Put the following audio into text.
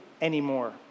anymore